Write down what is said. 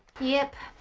yep,